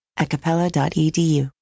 acapella.edu